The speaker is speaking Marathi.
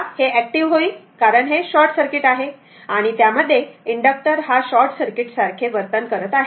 तर हे ऍक्टिव्ह होईल कारण हे शॉर्ट सर्किट आहे आणि त्यामध्ये इनडक्टर हा शॉर्ट सर्किटसारखे वर्तन करत आहे